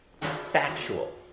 factual